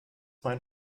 mein